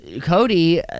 Cody